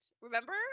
Remember